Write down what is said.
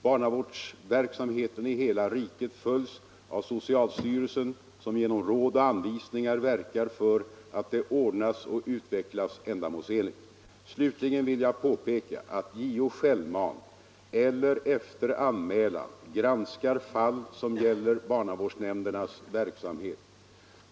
Barnavårdsverksamheten i hela riket följs av socialstyrelsen som genom råd och anvisningar verkar för att den ordnas och utvecklas ändamålsenligt. Slutligen vill jag påpeka att JO självmant eller efter anmälan granskar fall som gäller barnavårdsnämndernas verksamhet.